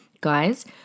guys